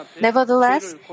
Nevertheless